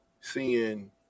seeing